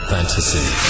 Fantasy